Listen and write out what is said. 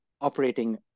operating